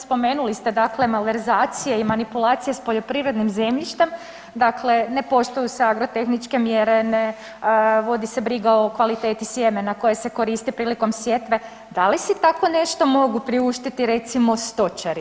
Spomenuli ste dakle malverzacije i manipulacije s poljoprivrednim zemljištem, dakle ne poštuju se agrotehničke mjere, ne vodi se briga o kvaliteti sjemena koje se koristi prilikom sjetve da li se tako nešto mogu priuštiti recimo stočari?